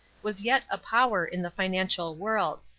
was yet a power in the financial world,